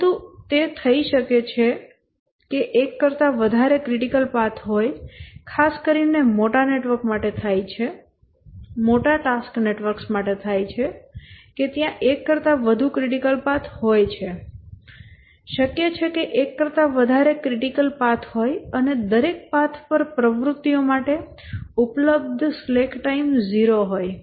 પરંતુ તે થઈ શકે છે ખાસ કરીને મોટા ટાસ્ક નેટવર્ક માટે થાય છે કે ત્યાં એક કરતા વધુ ક્રિટિકલ પાથ હોય છે શક્ય છે કે એક કરતા વધારે ક્રિટિકલ પાથ અને દરેક પાથ પર પ્રવૃત્તિઓ માટે ઉપલબ્ધ સ્લેક ટાઇમ 0 હોય